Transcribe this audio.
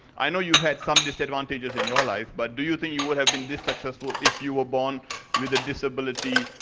i know you had some disadvantages in your life, but do you think you would have been this successful if you were born with disability,